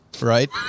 right